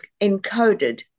encoded